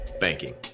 banking